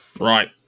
Right